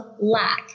lack